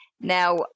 Now